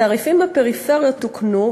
התעריפים בפריפריה תוקנו,